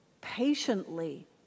patiently